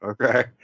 Okay